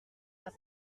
n’a